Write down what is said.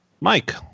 Mike